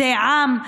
זה עם,